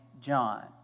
John